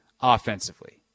offensively